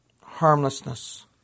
Harmlessness